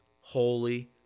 holy